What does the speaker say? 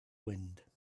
wind